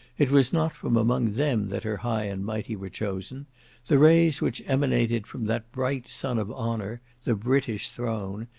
it was not from among them that her high and mighty were chosen the rays which emanated from that bright sun of honour, the british throne,